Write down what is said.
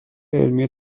علمی